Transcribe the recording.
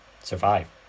survive